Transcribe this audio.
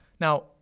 Now